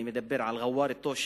אני מדבר על ע'וואר אל-טושי.